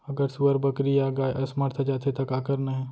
अगर सुअर, बकरी या गाय असमर्थ जाथे ता का करना हे?